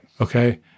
Okay